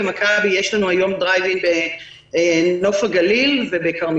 במכבי יש לנו היום מתקן בדיקה דרייב-אין בנוף הגליל ובכרמיאל.